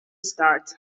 start